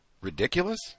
Ridiculous